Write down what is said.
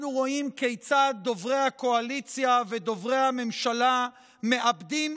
אנחנו רואים כיצד דוברי הקואליציה ודוברי הממשלה מאבדים